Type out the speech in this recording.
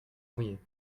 mouillé